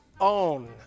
own